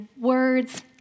words